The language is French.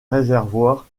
réservoir